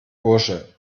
bursche